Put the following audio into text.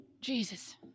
Jesus